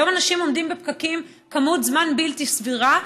היום אנשים עומדים בפקקים כמות זמן בלתי סבירה,